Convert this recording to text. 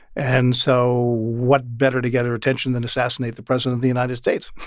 and so what better to get her attention than assassinate the president of the united states.